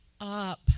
up